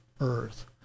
earth